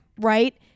right